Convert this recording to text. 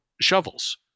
shovels